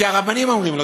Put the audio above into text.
כי הרבנים אומרים לו.